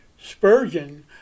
Spurgeon